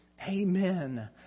Amen